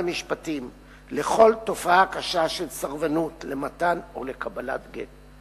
המשפטים לכל תופעה קשה של סרבנות למתן או לקבלת גט,